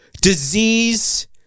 disease